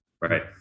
right